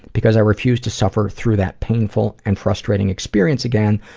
because i refused to suffer through that painful and frustrating experience again,